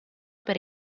per